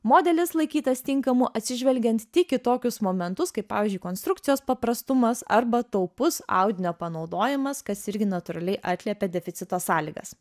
modelis laikytas tinkamu atsižvelgiant tik į tokius momentus kaip pavyzdžiui konstrukcijos paprastumas arba taupus audinio panaudojimas kas irgi natūraliai atliepė deficito sąlygas